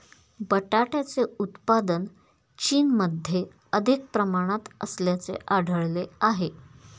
बटाट्याचे उत्पादन चीनमध्ये अधिक प्रमाणात असल्याचे आढळले आहे